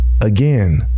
Again